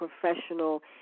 professional